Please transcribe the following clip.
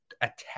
attack